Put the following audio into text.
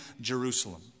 Jerusalem